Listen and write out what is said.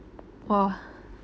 !wah!